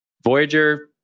Voyager